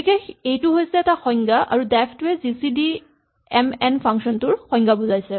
গতিকে এইটো হৈছে এটা সংজ্ঞা আৰু ডেফ টোৱে G C D M N function টোৰ সংজ্ঞা বুজাব